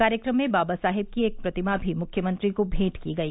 कार्यक्रम में बाबा साहेब की एक प्रतिमा भी मृख्यमंत्री को मेंट की गई